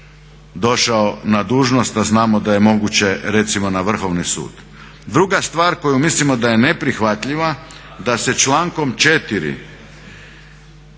došao na dužnost a znamo da je moguće recimo na vrhovni sud. Druga stvar koju mislimo da je neprihvatljiva, da se člankom 4.